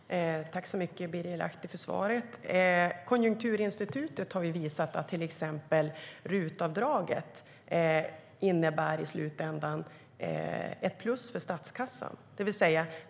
Herr ålderspresident! Jag tackar Birger Lahti för svaret. Konjunkturinstitutet har visat att till exempel RUT-avdraget i slutändan innebär ett plus för statskassan.